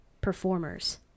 performers